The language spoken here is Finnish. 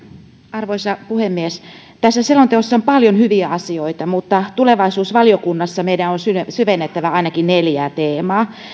arvoisa puhemies tässä selonteossa on paljon hyviä asioita mutta tulevaisuusvaliokunnassa meidän on syvennettävä ainakin neljää teemaa